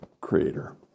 creator